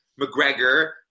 McGregor